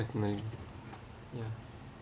personally ya